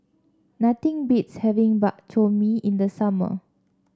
nothing beats having Bak Chor Mee in the summer